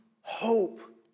hope